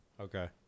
Okay